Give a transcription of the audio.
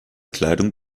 kleidung